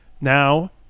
Now